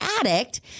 addict